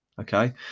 Okay